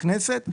הכנסת,